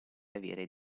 avere